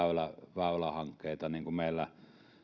väylähankkeita niin kuin meillä